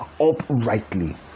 uprightly